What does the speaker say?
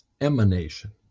emanation